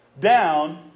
down